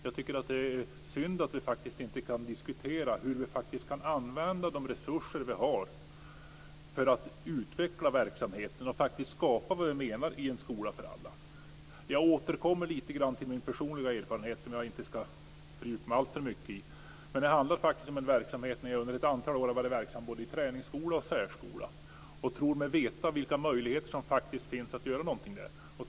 Jag tycker att det är synd att vi inte kan diskutera hur vi ska använda de resurser vi har för att utveckla verksamheten och faktiskt skapa vad vi menar med en skola för alla. Jag återkommer lite grann till min personliga erfarenhet, som jag inte ska fördjupa mig alltför mycket i. Men detta handlar om en verksamhet som jag under ett antal år har varit verksam i, både i träningsskola och särskola, och jag tror mig veta vilka möjligheter det faktiskt finns att göra någonting där.